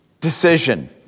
decision